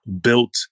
built